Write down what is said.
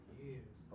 years